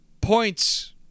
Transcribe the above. points